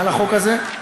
על החוק הזה,